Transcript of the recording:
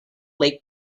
lake